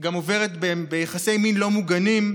גם עוברת ביחסי מין לא מוגנים,